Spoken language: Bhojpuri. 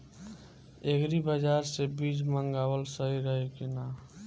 एग्री बाज़ार से बीज मंगावल सही रही की ना?